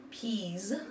peas